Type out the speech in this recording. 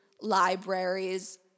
libraries